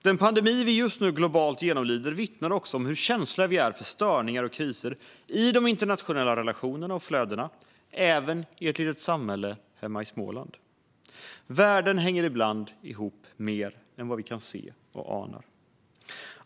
Den pandemi vi just nu globalt genomlider vittnar också om hur känsliga vi är för störningar och kriser i de internationella relationerna och flödena även i ett litet samhälle hemma i Småland. Världen hänger ihop mer än vad vi ibland kan se och ana.